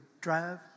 drive